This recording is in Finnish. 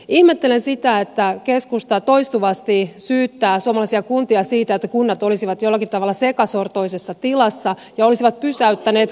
ihmettelen sitä että keskusta toistuvasti syyttää suomalaisia kuntia siitä että kunnat olisivat jollakin tavalla sekasortoisessa tilassa ja olisivat pysäyttäneet kaiken kehittämistyön